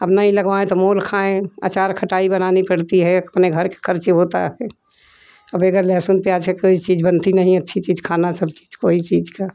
अब नहीं लगवाए तो मोल खाए अचार खाते बनानी पड़ती है इसने घर कर खर्चे होता है वगैरह लहसुन प्याज के कोई चीज़ बनती नहीं अच्छी चीज़ खाना सब्ज़ी कोई चीज़ का